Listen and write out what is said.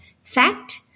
fact